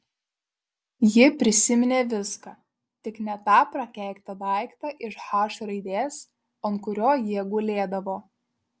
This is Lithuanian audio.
ji prisiminė viską tik ne tą prakeiktą daiktą iš h raidės ant kurio jie gulėdavo